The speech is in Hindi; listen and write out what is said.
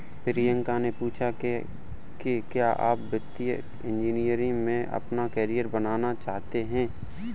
प्रियंका ने पूछा कि क्या आप वित्तीय इंजीनियरिंग में अपना कैरियर बनाना चाहते हैं?